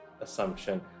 assumption